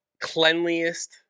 cleanliest